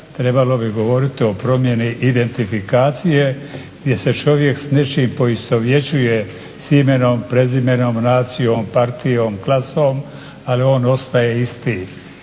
trebalo bi govoriti o promjeni identifikacije gdje se čovjek s nečim poistovjećuje, s imenom, prezimenom, nacijom, partijom, klasom, ali on ostaje isti.